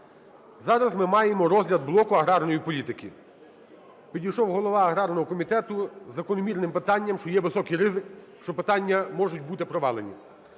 Зараз ми маємо розгляд блоку аграрної політики. Підійшов голова аграрного комітету з закономірним питанням, що є високий ризик, що питання можуть бути провалені.